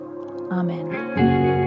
amen